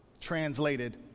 translated